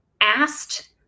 asked